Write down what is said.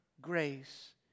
grace